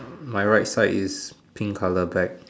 my right side is pink colour bag